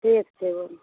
ठीक छै